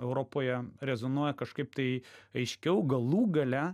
europoje rezonuoja kažkaip tai aiškiau galų gale